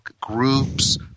groups